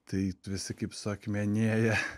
tai visi kaip suakmenėję